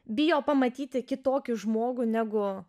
bijo pamatyti kitokį žmogų negu